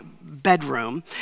bedroom